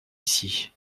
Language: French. ici